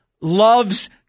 loves